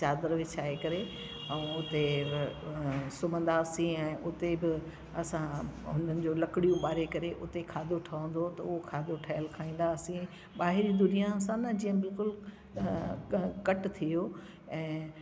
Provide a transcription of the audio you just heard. चादरु विछाए करे ऐं हुते सुमंदासीं ऐं उते बि असां हुननि जो लकड़ियूं बारे करे उते खाधो ठहंदो त हूअ खाधो ठयल खाईंदासीं ॿाहिरि जी दुनिया सां न सां जीअं बिल्कुलु अ कट थी वियो ऐं